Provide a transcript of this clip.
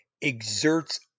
exerts